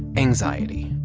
anxiety